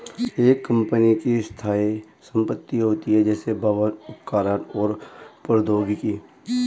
एक कंपनी की स्थायी संपत्ति होती हैं, जैसे भवन, उपकरण और प्रौद्योगिकी